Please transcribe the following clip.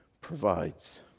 provides